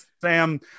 sam